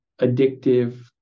addictive